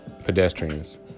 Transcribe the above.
pedestrians